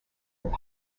with